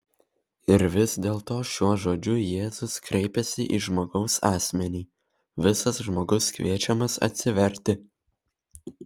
ir vis dėlto šiuo žodžiu jėzus kreipiasi į žmogaus asmenį visas žmogus kviečiamas atsiverti